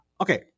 Okay